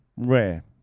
Rare